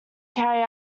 carry